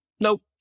Nope